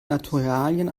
naturalien